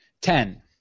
ten